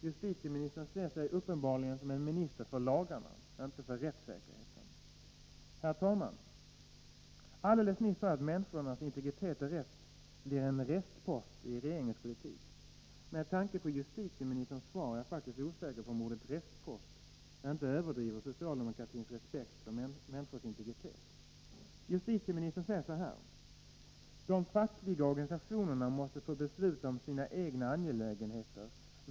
Justitieministern ser sig uppenbarligen som en minister för lagarna, inte för rättssäkerheten. Herr talman! Alldeles nyss sade jag att människornas integritet och rätt blir en restpost i regeringens politik. Med tanke på justitieministerns svar är jag faktiskt osäker på om ordet restpost inte överdriver socialdemokratins respekt för människors integritet. Justitieministern säger: ”De fackliga organisationerna måste få besluta om sina egna angelägenheter.